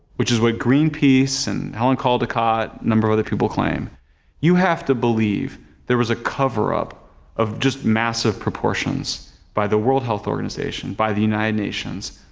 which is what greenpeace and helen caldicott, a number of other people claim you have to believe there was a cover-up of just massive proportions by the world health organization, by the united nations,